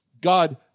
God